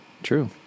True